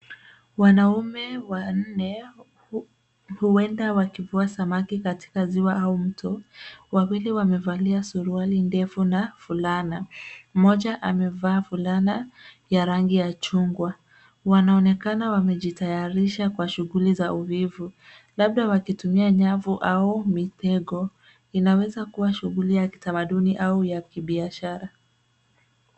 Wanaume wanne huenda wakivua samaki katika ziwa au mto, wawili wamevalia suruali ndefu na fulana, mmoja amevaa fulana ya rangi ya chungwa. Wanaonekana wamejitayarisha kwa shughuli za uvivu, labda wakitumia nyavu au mitego, inaweza kuwa shughuli ya kitamaduni au ya kibiashara.